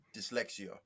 dyslexia